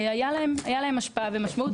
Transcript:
הייתה לזה השפעה ומשמעות,